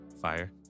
Fire